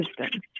system